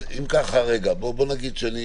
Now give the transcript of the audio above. אז אם כך, רגע, בואו נגיד שאני